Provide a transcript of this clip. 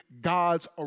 God's